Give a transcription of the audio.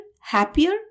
happier